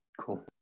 Cool